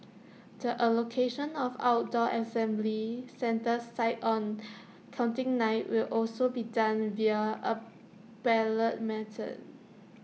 the allocation of outdoor assembly centre sites on counting night will also be done via A ballot method